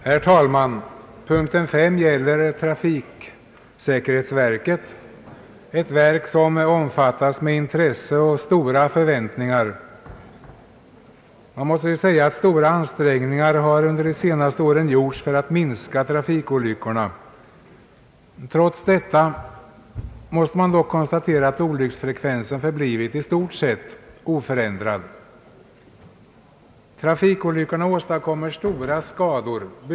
Herr talman! Punkten 5 i föreliggande utlåtande gäller trafiksäkerhetsverket, ett verk som omfattas med intresse och förväntningar. Stora ansträngningar har under de senaste åren gjorts för att minska trafikolyckorna. Trots detta måste man konstatera att olycksfrekvensen förblivit i stort sett oförändrad. Trafikolyckorna åstadkommer stora skador.